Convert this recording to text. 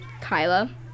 Kyla